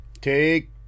Take